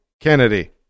Kennedy